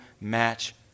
match